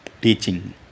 teaching